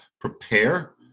prepare